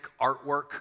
artwork